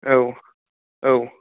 औ औ